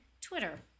Twitter